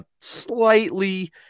slightly